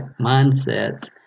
mindsets